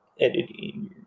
editing